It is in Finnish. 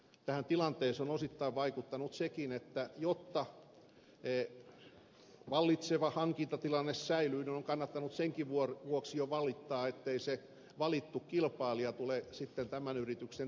tähän tilanteeseen on osittain vaikuttanut sekin että jotta vallitseva hankintatilanne säilyy on kannattanut senkin vuoksi jo valittaa ettei se valittu kilpailija tule sitten tämä yrityksen tilalle